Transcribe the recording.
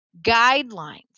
guidelines